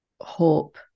hope